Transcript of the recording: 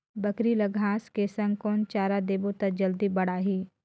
बकरी ल घांस के संग कौन चारा देबो त जल्दी बढाही?